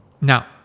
Now